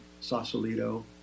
Sausalito